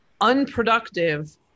unproductive